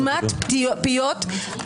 אורית, את בקריאה שלישית, בבקשה.